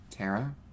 Tara